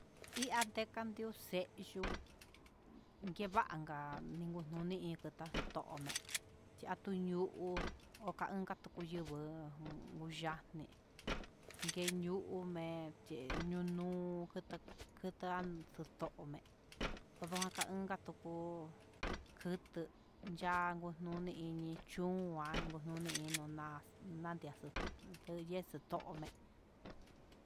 Iha teka ihó xeyuu yenvanka inkuu nuni tome'e atiú nu'u unka tuyu'u iin yame'e enyuu me'e te yunuu ketan ketan ndudomen kodon onka tukuu, kuu ya'á kunoni ini chun kuá noñii noma'a ayexu tuxito'o ome'é.